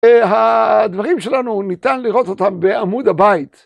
הדברים שלנו ניתן לראות אותם בעמוד הבית.